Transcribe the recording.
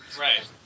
Right